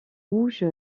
rouge